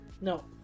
No